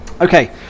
Okay